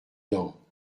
dents